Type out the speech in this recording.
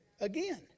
Again